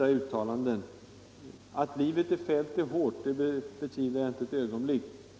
uttalanden. Att livet i fält är hårt betvivlar jag inte ett ögonblick.